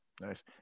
Nice